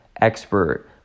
expert